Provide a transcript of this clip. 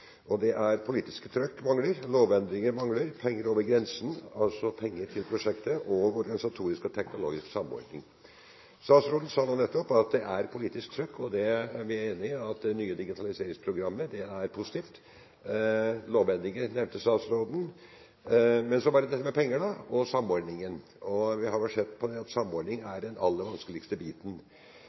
og organisatorisk og teknologisk samordning. Statsråden sa nettopp at det er politisk trykk, og vi er enig i at det nye digitaliseringsprogrammet er positivt. Statsråden nevnte lovendringer, men så var det dette med penger og samordning. Vi har vel sett at samordning er den aller vanskeligste biten.